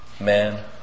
Man